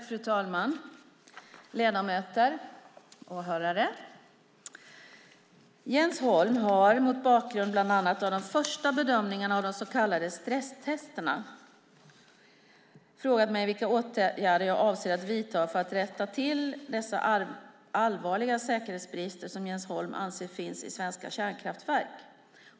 Fru talman, ledamöter och åhörare! Jens Holm har, mot bakgrund bland annat av de första bedömningarna av de så kallade stresstesterna, frågat mig vilka åtgärder jag avser att vidta för att rätta till dessa allvarliga säkerhetsbrister som Jens Holm anser finns i svenska kärnkraftverk.